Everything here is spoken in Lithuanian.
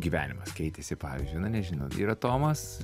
gyvenimas keitėsi pavyzdžiui na nežinau yra tomas